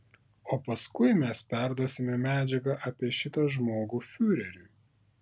o paskui mes perduosime medžiagą apie šitą žmogų fiureriui